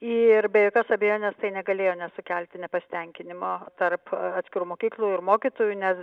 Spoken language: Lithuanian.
ir be jokios abejonės tai negalėjo nesukelti nepasitenkinimo tarp atskirų mokyklų ir mokytojų nes